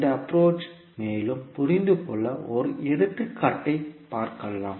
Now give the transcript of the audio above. இந்த அப்புரோச் மேலும் புரிந்துகொள்ள ஒரு எடுத்துக்காட்டை பார்க்கலாம்